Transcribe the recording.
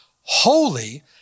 holy